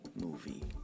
movie